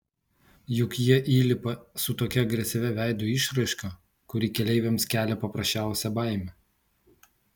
juk jie įlipa su tokia agresyvia veido išraiška kuri keleiviams kelia paprasčiausią baimę